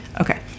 okay